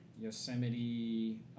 Yosemite